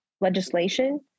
legislation